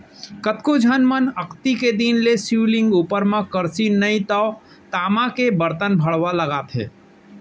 कतको झन मन अक्ती के दिन ले शिवलिंग उपर म करसी नइ तव तामा के बरतन भँड़वा लगाथे